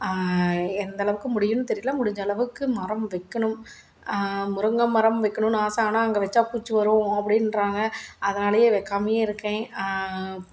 எந்த அளவுக்கு முடியும்னு தெரியலை முடிஞ்சளவுக்கு மரம் வைக்கணும் முருங்க மரம் வைக்கணும்னு ஆசை ஆனால் அங்கே வச்ச பூச்சு வரும் அப்படின்றாங்க அதனாலேயே வைக்காமலே இருக்கேன்